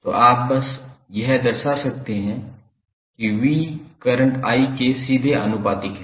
तो आप बस यह दर्शा सकते हैं कि V करंट I के सीधे आनुपातिक है